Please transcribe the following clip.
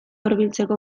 hurbiltzeko